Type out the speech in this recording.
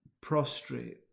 prostrate